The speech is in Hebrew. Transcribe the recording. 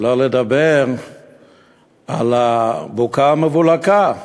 שלא לדבר על הבוקה והמבולקה.